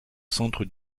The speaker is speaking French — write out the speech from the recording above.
centre